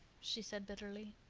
she said bitterly.